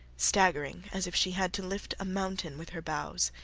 staggering, as if she had to lift a mountain with her bows.